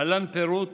להלן פירוט